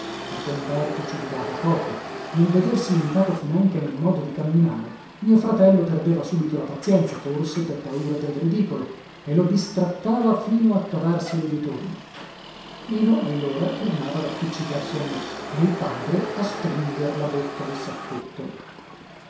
ma con berto ci durava poco nel vedersi imitato finanche nel modo di camminare mio fratello perdeva subito la pazienza forse per paura del ridicolo e lo bistrattava fino a cavarselo di torno mino allora tornava ad appiccicarsi a me e il padre a stringer la bocca al sacchetto